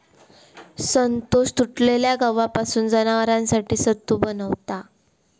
संतोष तुटलेल्या गव्हापासून जनावरांसाठी सत्तू बनवता